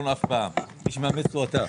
שיהיו ממושמעים היום.